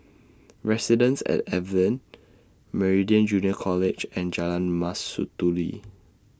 Residences At Evelyn Meridian Junior College and Jalan Mastuli